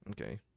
Okay